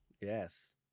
Yes